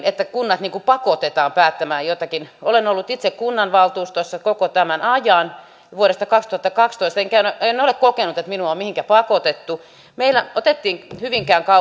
että kunnat pakotetaan päättämään jotakin olen ollut itse kunnanvaltuustossa koko tämän ajan vuodesta kaksituhattakaksitoista enkä ole kokenut että minua on mihinkään pakotettu meillä otettiin hyvinkään